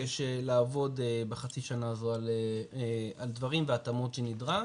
התבקש לעבוד בחצי שנה הזו על דברים והתאמות שנדרש,